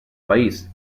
país